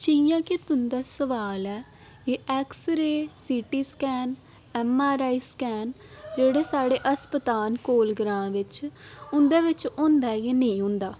जियां कि तुंदा सवाल ऐ कि X ray scan M R I scan जेह्ड़े साढ़े अस्पताल कोल ग्रांऽ बिच्च उं'दे बिच्च होंदा ऐ कि नेईं होंदा